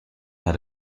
how